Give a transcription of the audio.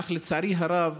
אך לצערי הרב